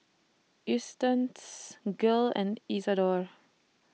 Eustace Gil and Isadore